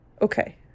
Okay